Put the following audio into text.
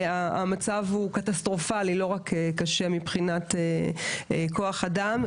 המצב קטסטרופלי, לא רק קשה מבחינת כוח אדם.